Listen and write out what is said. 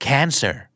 Cancer